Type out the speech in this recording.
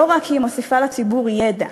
לא רק כי היא מוסיפה לציבור ידע,